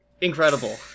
Incredible